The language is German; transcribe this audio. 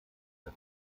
der